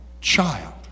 child